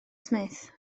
smith